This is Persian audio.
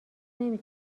نمی